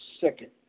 second